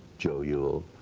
joe yule.